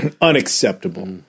Unacceptable